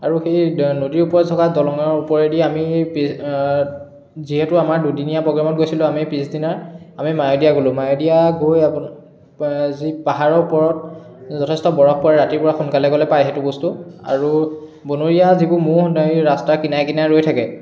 আৰু সেই নদীৰ ওপৰত থকা দলঙৰ ওপৰেদি আমি যিহেতু আমাৰ দুদিনীয়া প্ৰগ্ৰেমত গৈছিলো আমি পিছদিনা আমি মায়'ডিয়া গ'লো মায়'ডিয়া গৈ যি পাহাৰৰ ওপৰত যথেষ্ট বৰফ পৰে ৰাতিপুৱা সোনকালে গ'লে পায় সেইটো বস্তু আৰু বনৰীয়া যিবোৰ ম'হ ৰাস্তাৰ কিনাৰে কিনাৰে ৰৈ থাকে